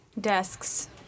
Desks